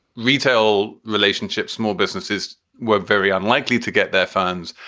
retail relationship. small businesses were very unlikely to get their funds.